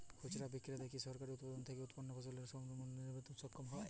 খুচরা বিক্রেতারা কী সরাসরি উৎপাদনকারী থেকে উৎপন্ন ফসলের সঠিক মূল্য নির্ধারণে সক্ষম হয়?